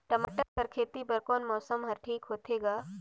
टमाटर कर खेती बर कोन मौसम हर ठीक होथे ग?